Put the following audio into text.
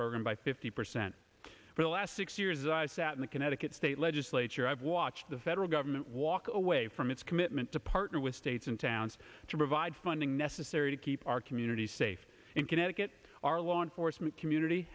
program by fifty percent for the last six years i sat in the connecticut state legislature i've watched the federal government walk away from its commitment to partner with states and towns to provide funding necessary to keep our communities safe in connecticut our law enforcement community